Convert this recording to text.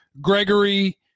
Gregory